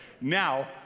now